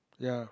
ya